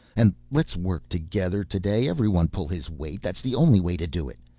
and let's work together today, everyone pull his weight, that's the only way to do it.